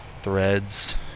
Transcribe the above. Threads